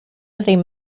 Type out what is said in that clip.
ddim